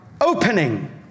opening